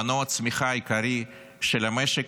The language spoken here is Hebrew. מנוע הצמיחה העיקרי של המשק,